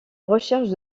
recherche